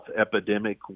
epidemic